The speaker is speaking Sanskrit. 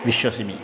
विश्वसिमि